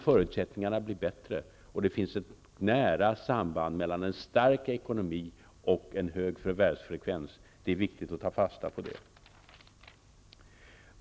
Förutsättningarna för detta blir bättre, och det finns ett nära samband mellan en stark ekonomi och en hög förvärvsfrekvens. Det är viktigt att ta fasta på det.